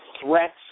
threats